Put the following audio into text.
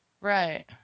Right